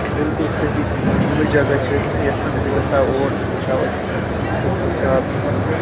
بِلکُل صحی یِمےَ جگہ چھ اَسہِ نا یتھ چھُنہٕ أسۍ گژھ ہاو اور أسۍ وُچھ ہاو اَتہِ کیُتھ حِساب چھُ کیُتھ